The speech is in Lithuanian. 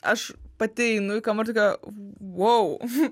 aš pati einu į kambarį tokia wow